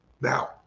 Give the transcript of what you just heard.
Now